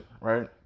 right